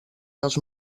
dels